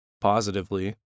Positively